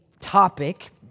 topic